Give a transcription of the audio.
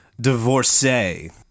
divorcee